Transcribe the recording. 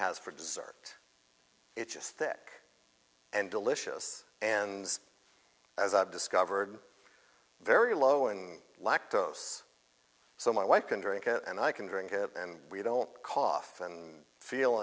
has for dessert thick and delicious and as i've discovered very low in lactose so my wife can drink it and i can drink it and we don't cough and feel